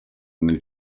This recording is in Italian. nel